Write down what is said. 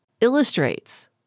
illustrates